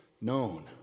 known